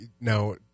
now